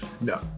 No